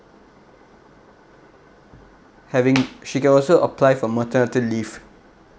having she can also apply for maternity leave